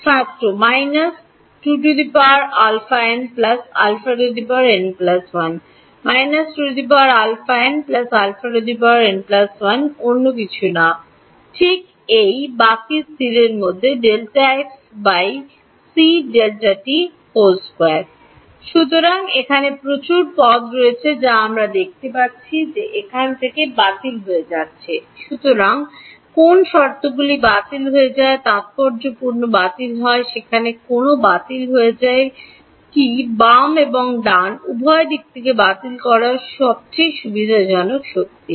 ছাত্র 2αn αn 1 2αn αn 1 অন্য কিছু না ঠিক এই বাকী স্থির মধ্যে সুতরাং এখানে প্রচুর পদ রয়েছে যা আমরা দেখতে পাচ্ছি যে এখান থেকে বাতিল হয়ে যাচ্ছে সুতরাং কোন শর্তগুলি বাতিল হয়ে যায় তাত্পর্যপূর্ণ বাতিল হয় সেখানে কোনও বাতিল হয়ে যায় কী বাম এবং ডান উভয় দিক থেকে বাতিল করার সবচেয়ে সুবিধাজনক শক্তি